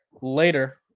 later